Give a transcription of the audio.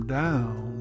down